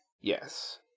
Yes